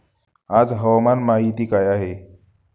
आज हवामान माहिती काय आहे?